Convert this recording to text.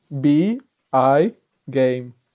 B-I-GAME